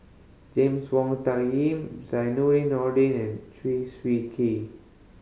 James Wong Tuck Yim Nordin and Chew Swee Kee